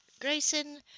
Grayson